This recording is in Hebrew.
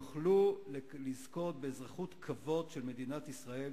שיוכלו לזכות באזרחות כבוד של מדינת ישראל,